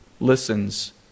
listens